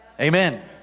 Amen